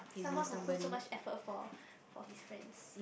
someone who put so much effort for for his friends